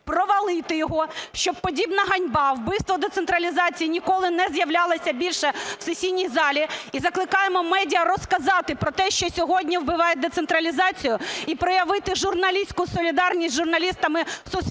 провалити його, щоб подібна ганьба - вбивство децентралізації, ніколи не з'являлося більше в сесійні залі. І закликаємо медіа розказати про те, що сьогодні вбиває децентралізацію, і проявити журналістську солідарність з журналістами Суспільного,